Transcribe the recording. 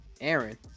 Aaron